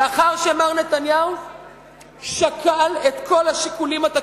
"לאחר שהוא שקל את כל השיקולים התקציביים.